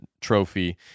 trophy